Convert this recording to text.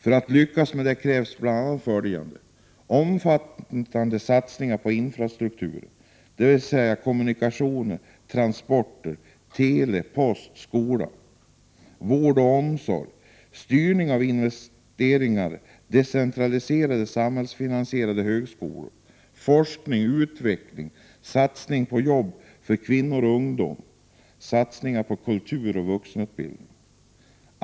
För att lyckas i det arbetet krävs det bl.a. följande: omfattande satsningar på infrastrukturen — dvs. kommunikationer, transporter, tele, post, skola, vård och omsorg —, styrning av investeringarna, decentraliserade och samhällsfinansierade högskolor, forskning, utveckling, satsningar på jobb för kvinnor och ungdomar samt satsningar på kultur och vuxenutbildning.